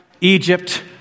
Egypt